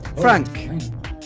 frank